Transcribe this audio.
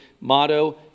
motto